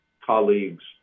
colleagues